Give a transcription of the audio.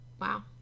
wow